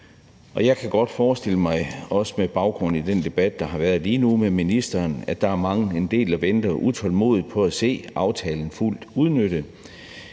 Jeg kan godt forestille mig, også på baggrund af den debat, der har været lige nu med ministeren, at der er en del, der venter utålmodigt på at se aftalen fuldt udnyttet.